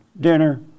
dinner